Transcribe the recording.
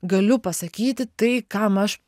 galiu pasakyti tai kam aš